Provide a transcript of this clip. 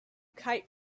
kite